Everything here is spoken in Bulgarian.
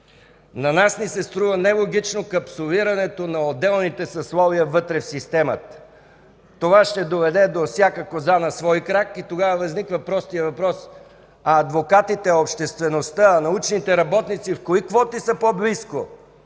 На нас ни се струва нелогично капсулирането на отделните съсловия вътре в системата. Това ще доведе до „всяка коза на свой крак” и тогава възниква простият въпрос: а адвокатите, а обществеността, а научните работници в кои квоти са по-близко